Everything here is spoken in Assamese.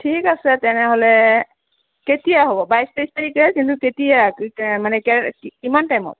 ঠিক আছে তেনেহ'লে কেতিয়া হ'ব বাইছ তেইছ তাৰিখে কিন্তু কেতিয়া কে কে মানে কে কিমান টাইমত